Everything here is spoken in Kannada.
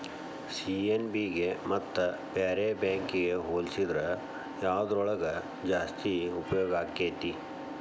ಪಿ.ಎನ್.ಬಿ ಗೆ ಮತ್ತ ಬ್ಯಾರೆ ಬ್ಯಾಂಕಿಗ್ ಹೊಲ್ಸಿದ್ರ ಯವ್ದ್ರೊಳಗ್ ಜಾಸ್ತಿ ಉಪ್ಯೊಗಾಕ್ಕೇತಿ?